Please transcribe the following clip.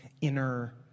inner